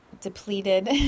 depleted